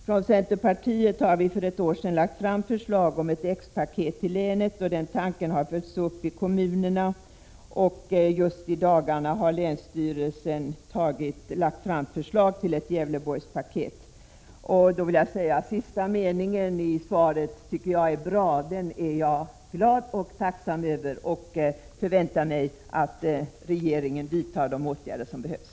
Från centerpartiet har vi för ett år sedan lagt fram förslag om ett X-paket till länet. Den tanken har följts i kommunerna. Just i dagarna har länsstyrelsen lagt fram förslag till ett Gävleborgspaket, utarbetat tillsammans med kommunerna. Jag tycker att sista meningen i svaret är bra. Den är jag glad och tacksam över. Jag förväntar mig att regeringen vidtar de åtgärder som behövs.